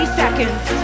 seconds